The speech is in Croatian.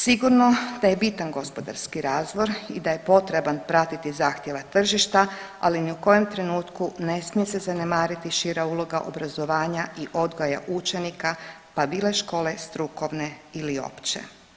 Sigurno da je bitan gospodarski razvoj i da je potreban pratiti zahtjeva tržišta, ali ni u kojem trenutku ne smije se zanemariti šira uloga obrazovanja i odgoja učenika, pa bile škole strukovne ili opće.